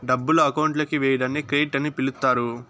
డబ్బులు అకౌంట్ లోకి వేయడాన్ని క్రెడిట్ అని పిలుత్తారు